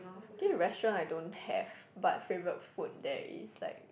think restaurant I don't have but favourite food there is like